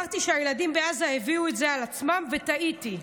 אמרתי שהילדים בעזה הביאו את זה על עצמם, וטעיתי,